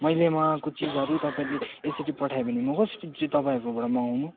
मैले मगाएको चिजहरू तपाईँले यसरी पठायो भने म कसरी चाहिँ तपाईँहरूकोबाट मगाउनु